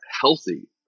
healthy